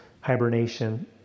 hibernation